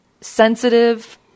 sensitive